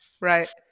Right